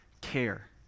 care